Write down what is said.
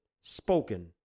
spoken